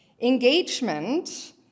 Engagement